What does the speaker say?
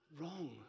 Wrong